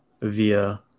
via